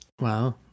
Wow